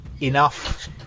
enough